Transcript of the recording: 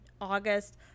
August